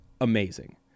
amazing